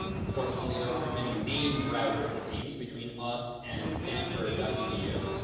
unfortunately, there aren't many named router as it seems between us and stanford edu.